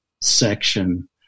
section